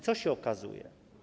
Co się okazuje?